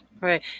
Right